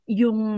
yung